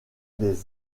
des